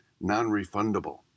non-refundable